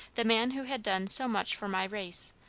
the man who had done so much for my race,